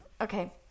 Okay